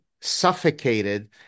suffocated